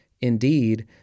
Indeed